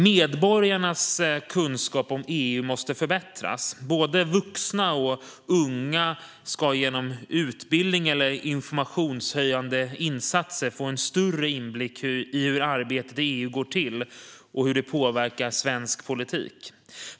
Medborgarnas kunskap om EU måste förbättras; både vuxna och unga ska genom utbildning eller informationshöjande insatser få en större inblick i hur arbetet i EU går till och hur det påverkar svensk politik.